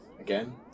again